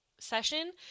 session